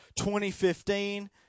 2015